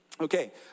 Okay